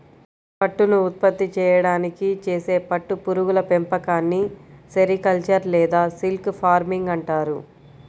పట్టును ఉత్పత్తి చేయడానికి చేసే పట్టు పురుగుల పెంపకాన్ని సెరికల్చర్ లేదా సిల్క్ ఫార్మింగ్ అంటారు